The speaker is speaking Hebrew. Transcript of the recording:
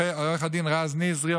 עו"ד רז נזרי,